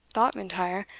thought m'intyre,